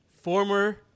Former